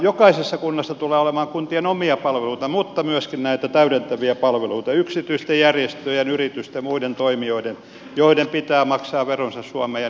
jokaisessa kunnassa tulee olemaan kuntien omia palveluita mutta myöskin näitä täydentäviä palveluita yksityisten järjestöjen yritysten muiden toimijoiden joiden pitää maksaa veronsa suomeen ja niin edelleen